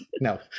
no